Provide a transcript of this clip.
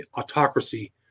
Autocracy